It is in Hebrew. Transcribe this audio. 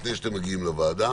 לפני שאתם מגיעים לוועדה,